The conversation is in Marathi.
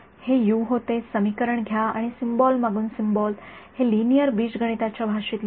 हे यू होते समीकरण घ्या आणि सिम्बॉल मागून सिम्बॉल हे लिनिअर बीजगणिताच्या भाषेत लिहू